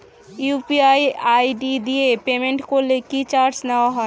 UPI ID দিয়ে payment করলে কি চার্জ নেয়া হয়?